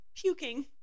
puking